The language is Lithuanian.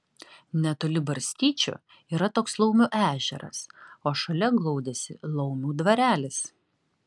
netoli barstyčių yra toks laumių ežeras o šalia glaudėsi laumių dvarelis